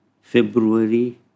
February